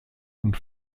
und